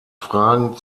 fragen